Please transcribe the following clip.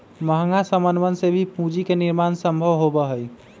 महंगा समनवन से भी पूंजी के निर्माण सम्भव होबा हई